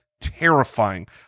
terrifying